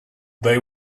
they